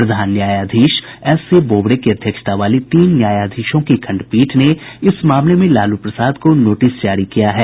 प्रधान न्यायाधीश एसएबोबड़े की अध्यक्षता वाली तीन न्यायाधीशों की खंडपीठ ने इस मामले में लालू प्रसाद को नोटिस जारी किया है